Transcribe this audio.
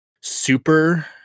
super